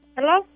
Hello